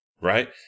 right